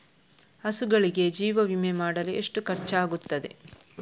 ಹಸುಗಳಿಗೆ ಜೀವ ವಿಮೆ ಮಾಡಲು ಎಷ್ಟು ಖರ್ಚಾಗುತ್ತದೆ?